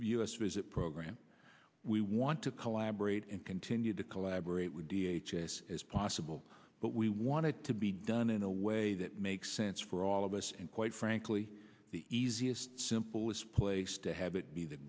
s visit program we want to collaborate and continue to collaborate with us as possible but we wanted to be done in a way that makes sense for all of us and quite frankly the easiest simple this place to have it be the